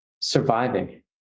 surviving